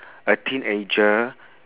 a teenager